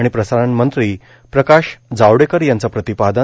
आणि प्रसारण मंत्री प्रकाश जावडेकर यांचं प्रतिपादन